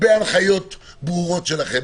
בהנחיות ברורות שלכם,